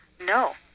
No